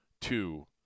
two